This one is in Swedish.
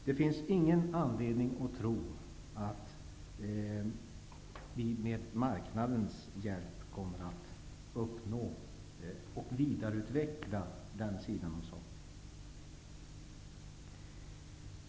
Det finns ingen anledning att tro att vi med marknadens hjälp kommer att uppnå och vidareutveckla den sidan av saken.